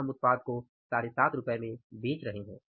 और हम उत्पाद को 75 रु में बेच रहे है